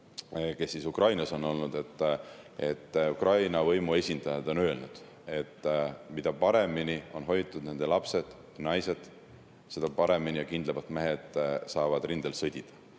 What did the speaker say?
kes Ukrainas on. Ukraina võimuesindajad on öelnud, et mida paremini on hoitud nende lapsed‑naised, seda paremini ja kindlamalt saavad mehed rindel sõdida.